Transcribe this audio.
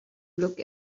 look